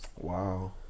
Wow